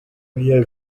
weya